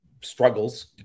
struggles